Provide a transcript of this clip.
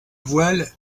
voile